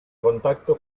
contacto